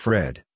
Fred